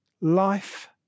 Life